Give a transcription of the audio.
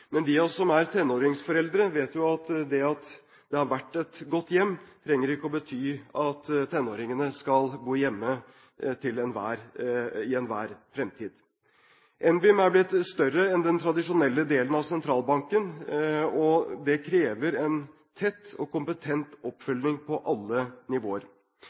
Men de av oss som er tenåringsforeldre, vet at det at det har vært et godt hjem, trenger ikke å bety at tenåringene skal bo hjemme i all fremtid. NBIM er blitt større enn den tradisjonelle delen av sentralbanken, og det krever en tett og kompetent oppfølging på alle nivåer.